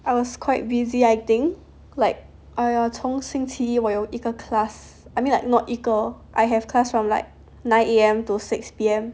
I was quite busy I think like !aiya! 从新期一我有一个 class I mean like not 一个 I have class from like nine A_M to six P_M